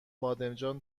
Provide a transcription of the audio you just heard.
بادمجان